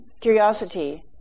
Curiosity